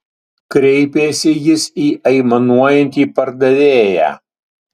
kreipėsi jis į aimanuojantį pardavėją